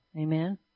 Amen